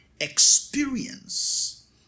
experience